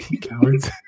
Cowards